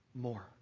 more